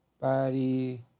Body